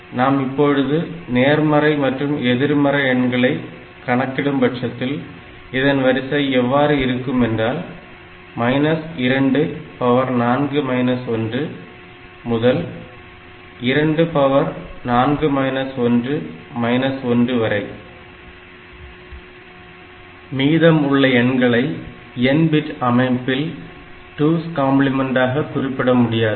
நாம் இப்பொழுது நேர்மறை மற்றும் எதிர்மறை எண்களை கணக்கிடும்பட்சத்தில் இதன் வரிசை எவ்வாறு இருக்கும் என்றால் 24 1 முதல் 24 1 1 வரை மீதம் உள்ள எண்களை n பிட் அமைப்பில் 2's கம்பிளிமெண்டாக குறிப்பிட முடியாது